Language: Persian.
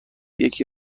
یکی